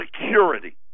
Security